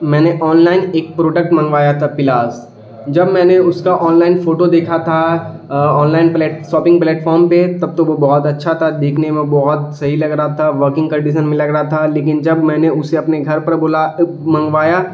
میں نے online ایک پروڈکٹ منگوایا تھا پلاس جب میں نے اس کا آن لائن فوٹو دیکھا تھا آن لائن پہ شاپنگ پلیٹفارم پہ تب تو وہ بہت اچھا تھا دیکھنے میں بہت صحی لگ رہا تھا ورکنگ کنڈیشن میں لگ رہا تھا لیکن جب میں نے اسے اپنے گھر پر بولا منگوایا